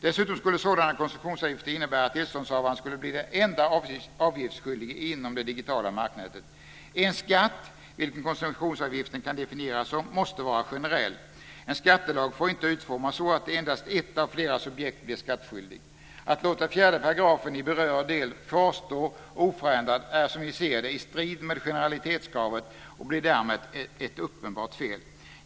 Dessutom skulle sådana koncessionsavgifter innebära att tillståndshavaren skulle bli den enda avgiftsskyldiga inom det digitala marknätet. En skatt, vilket koncessionsavgiften kan definieras som, måste vara generell. En skattelag får inte utformas så att endast ett av flera subjekt blir skattskyldig. Att låta 4 § i berörd del kvarstå oförändrad står, som vi ser det, i strid med generalitetskravet och blir därmed ett uppenbart fel.